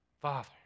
Father